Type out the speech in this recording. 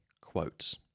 quotes